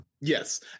Yes